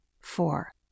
Four